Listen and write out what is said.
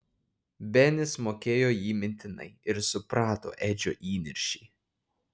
benis mokėjo jį mintinai ir suprato edžio įniršį